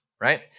right